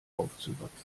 aufzuwachsen